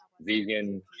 vegan